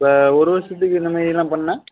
இப்போ ஒரு வருஷத்துக்கு இந்த மாதிரி எல்லாம் பண்ணிணா